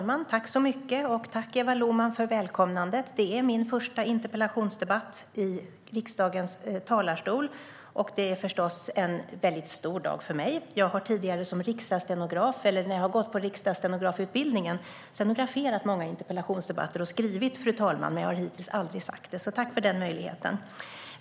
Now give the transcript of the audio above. Fru talman! Tack, Eva Lohman, för välkomnandet. Det är min första interpellationsdebatt i riksdagens talarstol. Det är förstås en väldigt stor dag för mig. Jag har tidigare gått på riksdagsstenografutbildningen. Jag har då stenograferat många interpellationsdebatter och skrivit "Fru talman! ", men jag har hittills aldrig sagt det. Jag tackar för den möjligheten.